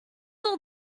all